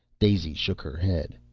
daisy shook her head.